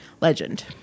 legend